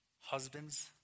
Husbands